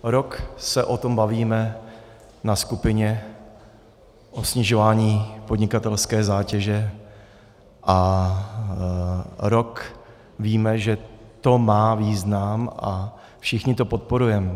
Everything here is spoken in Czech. Rok se o tom bavíme na skupině, o snižování podnikatelské zátěže, a rok víme, že to má význam, a všichni to podporujeme.